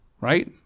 right